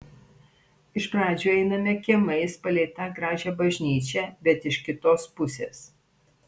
iš pradžių einame kiemais palei tą gražią bažnyčią bet iš kitos pusės